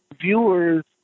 viewers